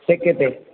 शक्यते